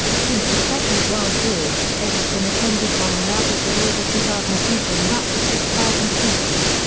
since the second world war, they have been attended by an average of over two thousand people and up to six thousand people.